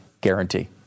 guarantee